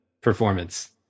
performance